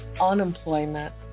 unemployment